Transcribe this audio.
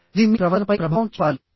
ఇది మీ ప్రవర్తనపై ప్రభావం చూపాలి